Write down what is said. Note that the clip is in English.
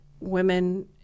women